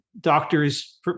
doctors